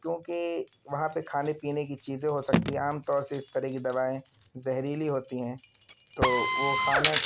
کیونکہ وہاں پہ کھانے پینے کی چیزیں ہو سکتی ہے عام طور سے اس طرح کی دوائیں زہریلی ہوتی ہیں تو وہ کھانا